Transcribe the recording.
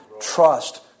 Trust